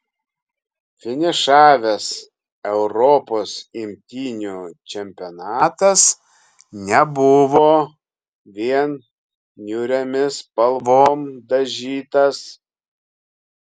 finišavęs europos imtynių čempionatas nebuvo vien niūriomis spalvom dažytas